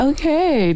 Okay